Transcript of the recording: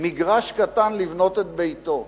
מגרש קטן לבנות את ביתו?